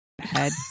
head